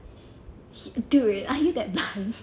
dude are you that dumb